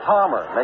Palmer